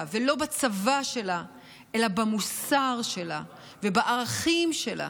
ולא בצבא שלה אלא במוסר שלה ובערכים שלה.